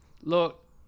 Look